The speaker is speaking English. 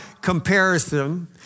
comparison